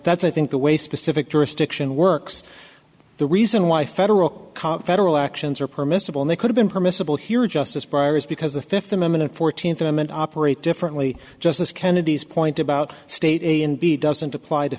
that's i think the way specific jurisdiction works the reason why federal federal actions are permissible they could've been permissible here just as priors because the fifth amendment fourteenth amendment operate differently justice kennedy's point about state a and b doesn't apply to